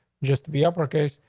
just the upper case.